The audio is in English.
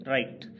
Right